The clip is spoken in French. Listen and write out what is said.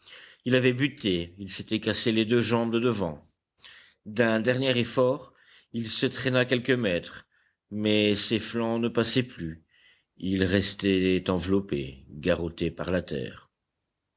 il avait buté il s'était cassé les deux jambes de devant d'un dernier effort il se traîna quelques mètres mais ses flancs ne passaient plus il restait enveloppé garrotté par la terre